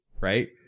Right